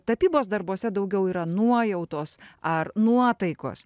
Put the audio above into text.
tapybos darbuose daugiau yra nuojautos ar nuotaikos